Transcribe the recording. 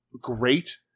great